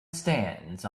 stands